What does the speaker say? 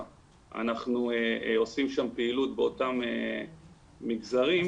אנחנו עושים שם פעילות באותם מגזרים,